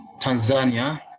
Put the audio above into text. Tanzania